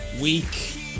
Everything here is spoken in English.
week